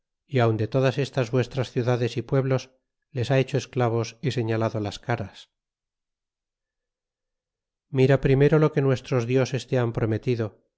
y aun de todas estas vuestras ciudades y pueblos les ha hecho esclavos y señalado las caras mira primero lo que nuestros dioses te han prometido